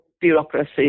bureaucracy